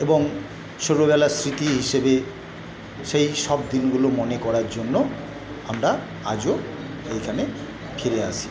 এবং ছোটোবেলার স্মৃতি হিসেবে সেই সব দিনগুলো মনে করার জন্য আমরা আজও এইখানে ফিরে আসি